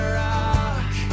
rock